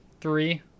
three